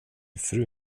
fru